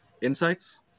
insights